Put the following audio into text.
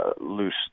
loose